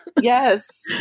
yes